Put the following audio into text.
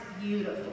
beautiful